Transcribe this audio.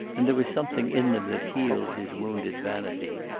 and there was something in them that healed his wounded vanity.